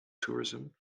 tourism